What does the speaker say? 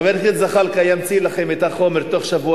חבר הכנסת זחאלקה ימציא לכם את החומר בתוך שבוע